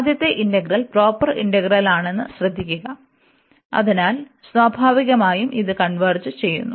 ആദ്യത്തെ integral proper ഇന്റഗ്രലാണെന്നത് ശ്രദ്ധിക്കുക അതിനാൽ സ്വാഭാവികമായും ഇത് കൺവെർജ് ചെയ്യുന്നു